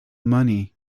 money